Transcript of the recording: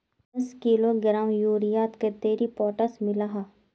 दस किलोग्राम यूरियात कतेरी पोटास मिला हाँ?